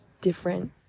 different